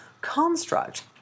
construct